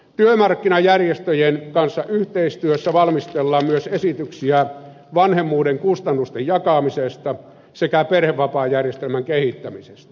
työmarkkinajärjestöjen kanssa yhteistyössä valmistellaan myös esityksiä vanhemmuuden kustannusten jakamisesta sekä perhevapaajärjestelmän kehittämisestä